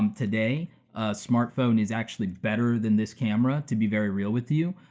um today, a smartphone is actually better than this camera, to be very real with you.